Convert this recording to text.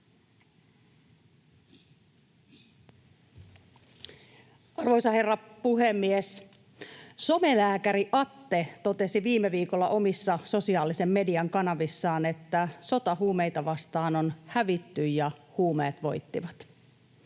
Arvoisa herra puhemies! Somelääkäri Atte totesi viime viikolla omissa sosiaalisen median kanavissaan: ”Sota huumeita vastaan on hävitty, ja huumeet voittivat.”